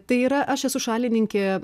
tai yra aš esu šalininkė